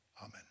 Amen